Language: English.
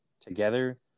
together